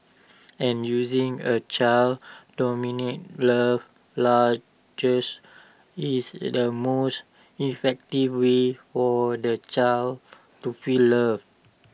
and using A child's dominant love larges is the most effective way for the child to feel loved